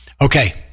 Okay